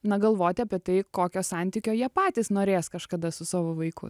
na galvoti apie tai kokio santykio jie patys norės kažkada su savo vaiku